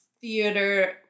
theater